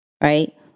Right